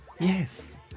yes